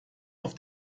auf